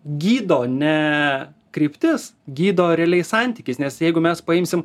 gydo ne kryptis gydo realiai santykis nes jeigu mes paimsim